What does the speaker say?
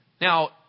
Now